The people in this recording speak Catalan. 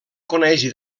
coneix